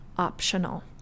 optional